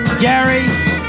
Gary